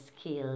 skills